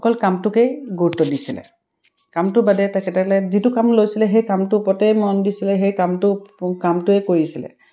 অকল কামটোকেই গুৰুত্ব দিছিলে কামটো বাদে তেখেতসকলে যিটো কাম লৈছিলে সেই কামটো ওপৰতেই মন দিছিলে সেই কামটো কামটোৱে কৰিছিলে